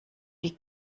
die